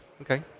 Okay